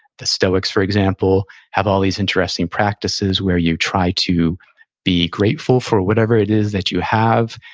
the stoics, for example, have all these interesting practices where you try to be grateful for whatever it is that you have,